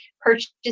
purchase